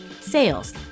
sales